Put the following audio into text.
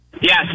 Yes